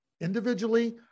individually